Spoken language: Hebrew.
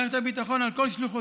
מערכת הביטחון, על כל שלוחותיה,